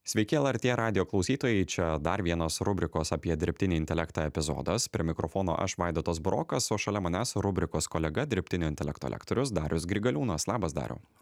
sveiki lrt radijo klausytojai čia dar vienas rubrikos apie dirbtinį intelektą epizodas prie mikrofono aš vaidotas burokas o šalia manęs rubrikos kolega dirbtinio intelekto lektorius darius grigaliūnas labas dariau